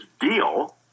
deal